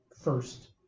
first